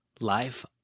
Life